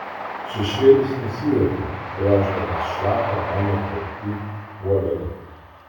šešėlis nusijuokė gręždamas šlapią mano plaukų uodegą